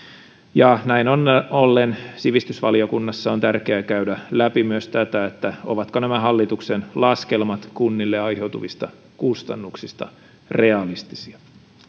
näin ollen sivistysvaliokunnassa on tärkeää käydä läpi myös sitä ovatko nämä hallituksen laskelmat kunnille aiheutuvista kustannuksista realistisia